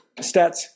Stats